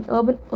Urban